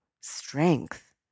strength